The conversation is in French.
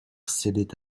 cédait